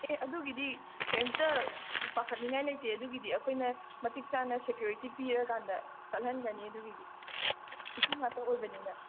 ꯑꯦ ꯑꯗꯨꯒꯤꯗꯤ ꯀꯩꯝꯇ ꯄꯥꯈꯠꯅꯤꯡꯉꯥꯏ ꯂꯩꯇꯦ ꯑꯗꯨꯒꯤꯗꯤ ꯑꯩꯈꯣꯏꯅ ꯃꯇꯤꯛ ꯆꯥꯅ ꯁꯦꯀ꯭ꯌꯨꯔꯤꯇꯤ ꯄꯤꯔꯀꯥꯟꯗ ꯆꯠꯂꯟꯒꯅꯤ ꯑꯗꯨꯒꯤꯗꯤ ꯅꯨꯄꯤ ꯉꯥꯛꯇ ꯑꯣꯏꯕꯅꯤꯅ